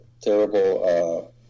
terrible